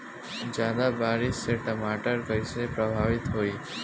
ज्यादा बारिस से टमाटर कइसे प्रभावित होयी?